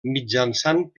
mitjançant